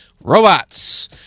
robots